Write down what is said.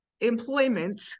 employment